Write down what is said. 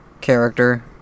character